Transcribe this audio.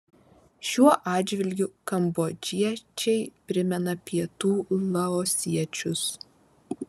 šiuo atžvilgiu kambodžiečiai primena pietų laosiečius